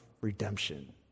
redemption